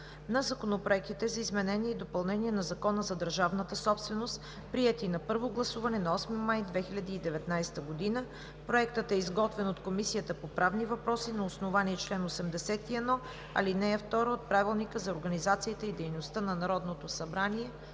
на законопроектите за изменение и допълнение на Закона за държавната собственост, приети на първо гласуване на 8 май 2019 г. Проектът е изготвен от Комисията по правни въпроси на основание чл. 81, ал. 2 от Правилника за организацията и дейността на Народното събрание.